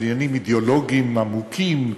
על עניינים אידיאולוגיים עמוקים,